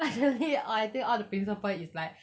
but that day orh I think all the principal is like